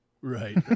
right